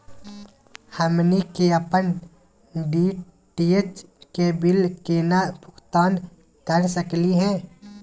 हमनी के अपन डी.टी.एच के बिल केना भुगतान कर सकली हे?